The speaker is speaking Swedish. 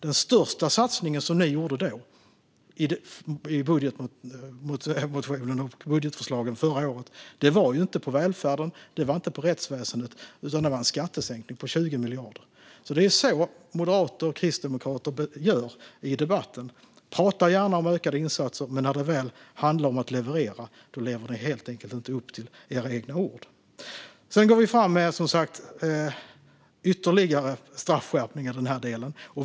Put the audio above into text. Den största satsningen som ni gjorde då, i budgetmotionen och budgetförslagen förra året, var inte på välfärden eller på rättsväsendet, utan det var på en skattesänkning på 20 miljarder. Det är så moderater och kristdemokrater gör i debatten: Ni pratar gärna om ökade insatser, men när det väl handlar om att leverera lever ni helt enkelt inte upp till era egna ord. Vi går som sagt fram med ytterligare straffskärpningar i den här delen.